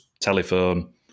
telephone